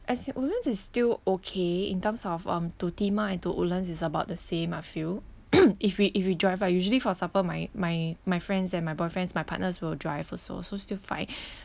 as in woodlands is still okay in terms of um to timah and to woodlands is about the same I feel if we if we drive lah usually for supper my my my friends and my boyfriends my partners will drive also so still fine